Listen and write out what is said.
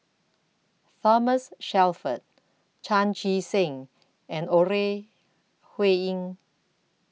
Thomas Shelford Chan Chee Seng and Ore Huiying